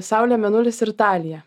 saulė mėnulis ir talija